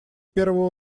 первую